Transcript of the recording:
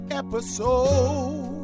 episode